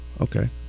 Okay